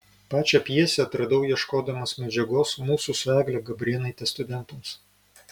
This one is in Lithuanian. pačią pjesę atradau ieškodamas medžiagos mūsų su egle gabrėnaite studentams